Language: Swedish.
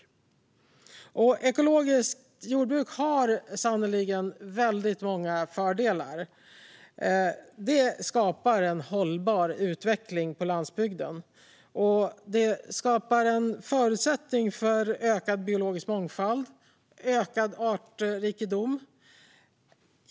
Ändrade regler för kontroll av ekologisk produktion Ekologiskt jordbruk har sannerligen väldigt många fördelar. Det skapar en hållbar utveckling på landsbygden, och det skapar förutsättningar för ökad biologisk mångfald och ökad artrikedom.